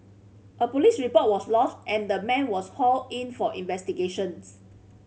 a police report was lodged and the man was hauled in for investigations